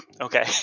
Okay